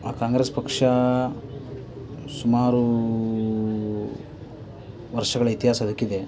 ಆ ಕಾಂಗ್ರೆಸ್ ಪಕ್ಷ ಸುಮಾರು ವರ್ಷಗಳ ಇತಿಹಾಸ ಅದಕ್ಕಿದೆ